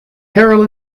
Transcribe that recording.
carroll